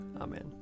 Amen